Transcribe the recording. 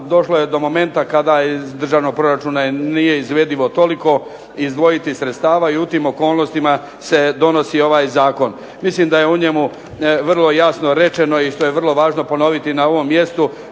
došlo je do momenta kada iz državnog proračuna nije izvedivo toliko izdvojiti sredstava i u tim okolnostima se donosi ovaj Zakon. Mislim da je u njemu vrlo jasno rečeno i što je vrlo važno ponoviti na ovom mjestu